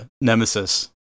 Nemesis